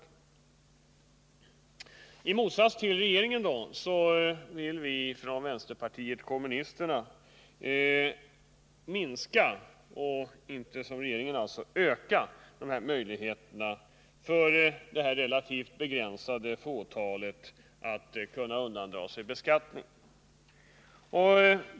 lerna för pensions I motsats till regeringen vill vi från vänsterpartiet kommunisterna minska försäkringar möjligheterna för detta relativt begränsade fåtal att undandra sig beskattning.